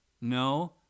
No